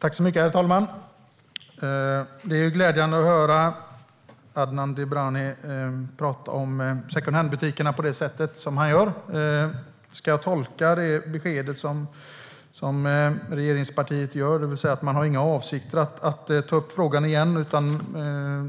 Herr talman! Det är glädjande att höra Adnan Dibrani prata om secondhandbutikerna på det sätt som han gör. Ska jag tolka det besked som regeringspartiet kommer med så att man inte har några avsikter att ta upp frågan igen utan